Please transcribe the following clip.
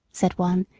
said one,